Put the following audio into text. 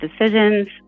decisions